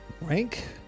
rank